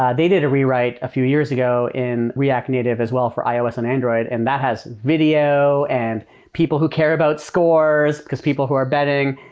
they did a rewrite a few years ago in react native as well for ios and android, and that has video and people who care about scores, because people who are betting.